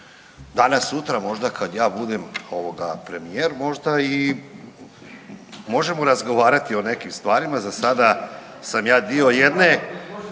Danas sutra možda kad ja budem premijer možda i možemo razgovarati o nekim stvarima, za sada sam ja dio jedne